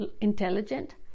intelligent